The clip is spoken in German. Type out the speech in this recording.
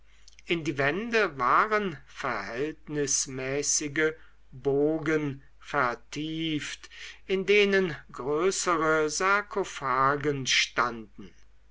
in die wände waren verhältnismäßige bogen vertieft in denen größere sarkophagen standen